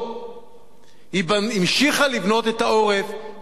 היא המשיכה לבנות את העורף וחיזקה את העורף,